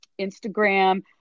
Instagram